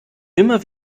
immer